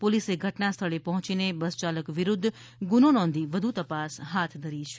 પોલીસે ઘટના સ્થળે પહોંચીને બસ યાલક વિરુદ્ધ ગુનો નોંધી વધુ તપાસ હાથ ધરી છે